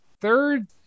third